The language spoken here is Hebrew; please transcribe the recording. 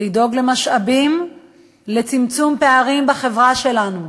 לדאוג למשאבים לצמצום פערים בחברה שלנו,